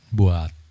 buat